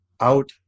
out